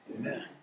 Amen